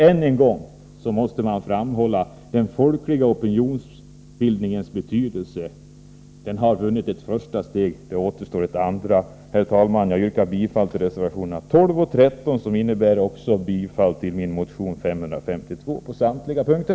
Än en gång måste framhållas den folkliga opinionsbildningens betydelse. Den har vunnit ett första steg — nu återstår ett andra. Herr talman! Jag yrkar bifall till reservationerna 12 och 13, vilket också innebär bifall till min motion 552 på samtliga punkter.